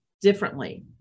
differently